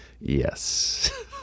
Yes